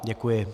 Děkuji.